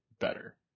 better